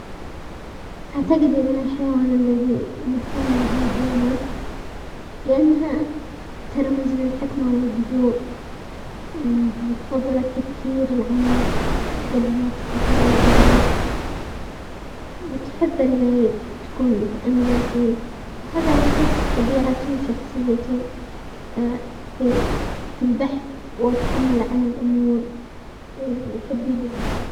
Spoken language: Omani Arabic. اعتقد ان الحيوان الذي يمثلني هو البومة، لانها ترمز للحكمة والهدوء، وتفضل التفكير العميق قبل ما تتخذ اي قرار، وتحب انه تكون متأملة في، وهذا يعكس طبيعتي وشخصيتي في-في البحث والتأمل عن الامور، وحبي للهدوء.